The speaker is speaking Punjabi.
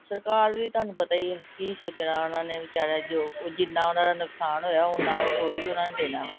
ਸਰਕਾਰ ਵੀ ਤੁਹਾਨੂੰ ਪਤਾ ਹੀ ਆ ਕੀ ਸੋਚਣਾ ਉਹਨਾਂ ਨੇ ਵਿਚਾਰਿਆਂ ਜੋ ਜਿੰਨਾ ਉਹਨਾਂ ਦਾ ਨੁਕਸਾਨ ਹੋਇਆ ਓਨਾ ਥੋੜ੍ਹੀ ਉਹਨਾਂ ਨੇ ਦੇਣਾ ਵਾ